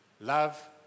love